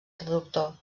traductor